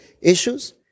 issues